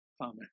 Amen